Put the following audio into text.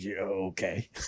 okay